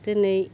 दिनै